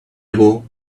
ago